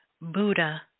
Buddha